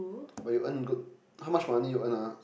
but you earn good how much money you earn ah